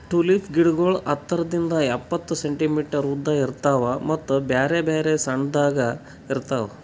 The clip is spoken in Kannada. ಟುಲಿಪ್ ಗಿಡಗೊಳ್ ಹತ್ತರಿಂದ್ ಎಪ್ಪತ್ತು ಸೆಂಟಿಮೀಟರ್ ಉದ್ದ ಇರ್ತಾವ್ ಮತ್ತ ಬ್ಯಾರೆ ಬ್ಯಾರೆ ಬಣ್ಣದಾಗ್ ಇರ್ತಾವ್